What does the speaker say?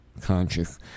conscious